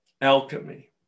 Alchemy